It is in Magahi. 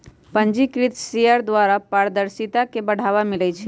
पंजीकृत शेयर द्वारा पारदर्शिता के बढ़ाबा मिलइ छै